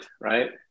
right